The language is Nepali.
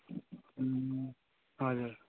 हजुर